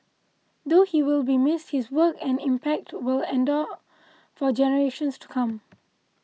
though he will be missed his work and impact will endure for generations to come